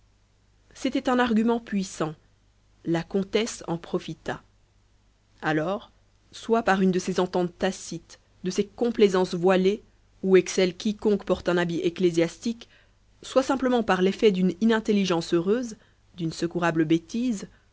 c'était un argument puissant la comtesse en profita alors soit par une de ces ententes tacites de ces complaisances voilées où excelle quiconque porte un habit ecclésiastique soit simplement par l'effet d'une inintelligence heureuse d'une secourable bêtise